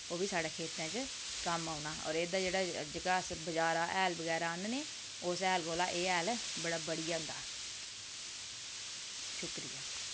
ओह्बी साढ़े खेतें च कम्म औना ते जेह्का अस बाजारै दा हैल बगैरा आह्नने उस हैल कोला एह् हैल बढ़िया होंदा शुक्रिया